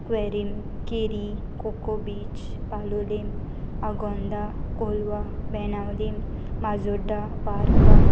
Querim Keri Coco beach Palolem Agonda Colva Benaulim Majorda Varca